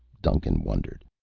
duncan wondered,